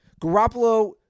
Garoppolo